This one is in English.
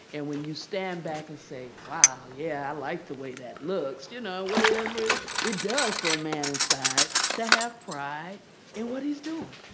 and when you stand back and say, wow, yeah, i like the way that looks, you know, whatever it does for a man inside to have pride in what he's doing.